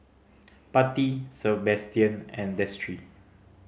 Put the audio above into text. Patti Sabastian and Destry